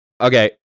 Okay